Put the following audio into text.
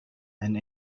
and